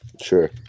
Sure